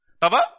Tava